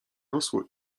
rosło